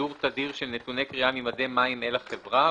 שידור תדיר של נתוני קריאה ממדי מים אל החברה,